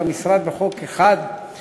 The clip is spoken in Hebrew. באוגוסט 2011 נכנס לתוקף חוק הגנת הסביבה (סמכויות